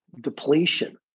depletion